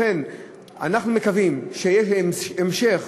לכן אנחנו מקווים שיהיה לזה המשך.